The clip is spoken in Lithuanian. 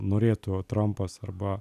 norėtų trampas arba